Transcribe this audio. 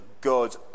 God